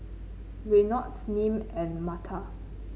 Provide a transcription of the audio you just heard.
Reynolds Nim and Marta